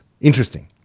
interesting